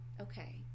Okay